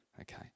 Okay